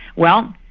well,